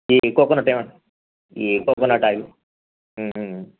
ఈ కోకోనట్ ఈ coconut oil